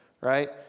right